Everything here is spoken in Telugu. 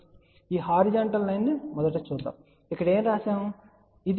కాబట్టి ఈ హారిజాంటల్ లైన్ ను మొదట చూద్దాం ఇక్కడ ఏమి వ్రాయబడింది